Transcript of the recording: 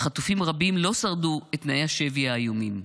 וחטופים רבים לא שרדו את תנאי השבי האיומים.